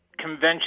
convention